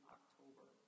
October